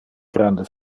grande